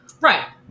Right